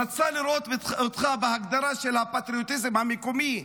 היא רצתה לראות אותך בהגדרה של הפטריוטיזם המקומי,